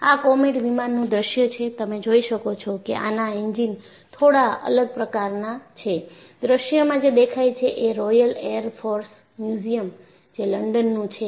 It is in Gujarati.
આ કોમેટ વિમાન નું દૃશ્ય છે તમે જોઈ શકો છો કે આના એન્જિન થોડા અલગ પ્રકાર ના છે દૃશ્યમાં જે દેખાય છે એ રોયલ એર ફોર્સ મ્યુઝિયમ જે લંડન નું છે